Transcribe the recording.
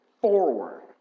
forward